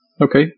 Okay